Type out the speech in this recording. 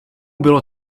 bylo